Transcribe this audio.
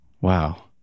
Wow